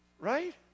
right